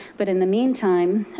but in the meantime,